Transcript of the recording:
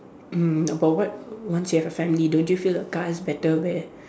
mm but what once you have a family don't you feel a car is better where